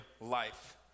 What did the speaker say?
life